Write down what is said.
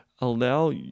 Allow